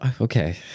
okay